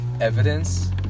evidence